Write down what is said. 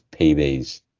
PBs